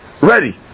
ready